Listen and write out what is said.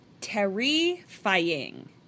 terrifying